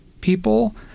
people